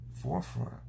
forefront